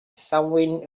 somewhere